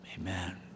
Amen